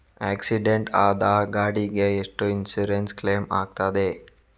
Accident ಆದ ಗಾಡಿಗೆ ಎಷ್ಟು ಇನ್ಸೂರೆನ್ಸ್ ಕ್ಲೇಮ್ ಆಗ್ತದೆ?